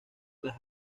las